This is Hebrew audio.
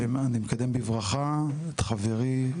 אני מקדם בברכה את חברי,